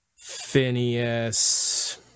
Phineas